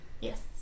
Yes